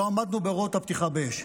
לא עמדנו בהוראות הפתיחה באש.